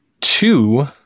two